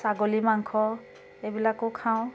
ছাগলী মাংস এইবিলাকো খাওঁ